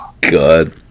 God